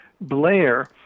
Blair